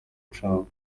trump